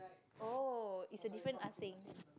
oh it's a different